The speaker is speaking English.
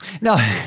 No